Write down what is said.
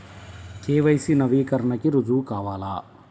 KYC నవీకరణకి రుజువు కావాలా?